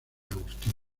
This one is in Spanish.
agustín